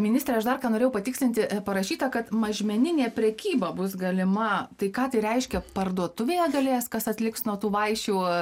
ministre aš dar ką norėjau patikslinti parašyta kad mažmeninė prekyba bus galima tai ką tai reiškia parduotuvėje galės kas atliks nuo tų vaišių